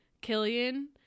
Killian